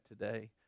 today